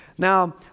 Now